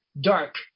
Dark